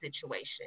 situation